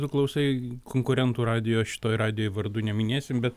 tu klausai konkurentų radijo šitoj radijoj vardų neminėsim bet